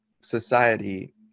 society